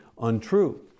untrue